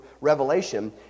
Revelation